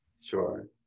Sure